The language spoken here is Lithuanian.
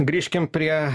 grįžkim prie